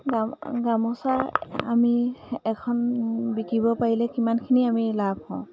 গাম গামোচা আমি এখন বিকিব পাৰিলে কিমানখিনি আমি লাভ পাওঁ